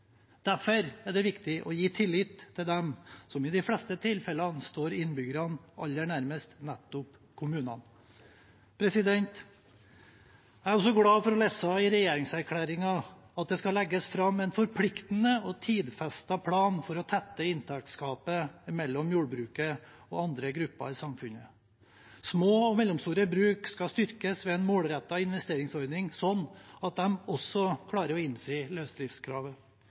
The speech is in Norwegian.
Derfor er det viktig å gi tillit til dem som i de fleste tilfellene står innbyggerne aller nærmest, nettopp kommunene. Jeg er også glad for å lese i regjeringserklæringen at det skal legges fram en forpliktende og tidfestet plan for å tette inntektsgapet mellom jordbruket og andre grupper i samfunnet. Små og mellomstore bruk skal styrkes ved en målrettet investeringsordning, sånn at de også klarer å innfri løsdriftskravet.